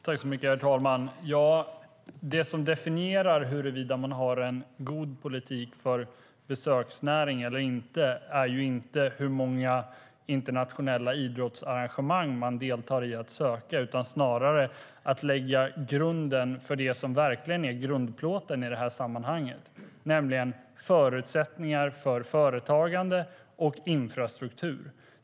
Herr talman! Det som definierar huruvida man har en god politik för besöksnäringen är inte hur många internationella idrottsarrangemang man deltar i att söka. Snarare är det att skapa det som är grundförutsättningar i sammanhanget, nämligen förutsättningar för företagande och infrastruktur.